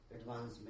advancement